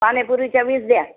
पाणीपुरीच्या वीस द्या